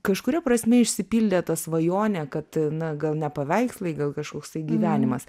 kažkuria prasme išsipildė ta svajonė kad na gal ne paveikslai gal kažkoks tai gyvenimas